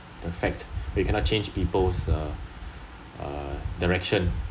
the fact you cannot change people's uh uh direction